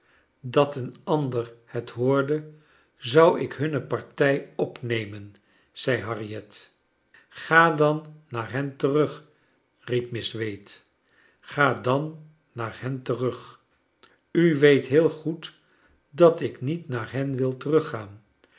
dat een ander het hoorde zou ik hunne partij opnemen zei harriet ga dan naar hen terug riep miss wade gj a dan naar hen terug u weet heel goed dat ik niet naar hen wil teruggaan